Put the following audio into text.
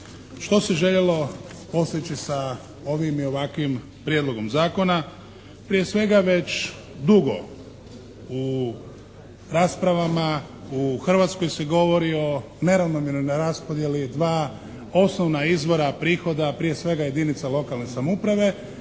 Što se željelo postići sa ovim i ovakvim prijedlogom zakona? Prije svega već dugo u raspravama u Hrvatskoj se govori o neravnomjernoj raspodjeli dva osnovna izvora prihoda prije svega jedinica lokalne samouprave